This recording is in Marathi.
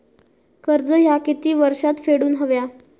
कर्ज ह्या किती वर्षात फेडून हव्या?